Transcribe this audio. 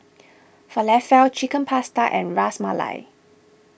Falafel Chicken Pasta and Ras Malai